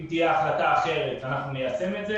אם תהיה החלטה אחרת אנחנו ניישם את זה